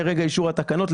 מרגע אישור התקנות,